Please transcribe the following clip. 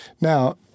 Now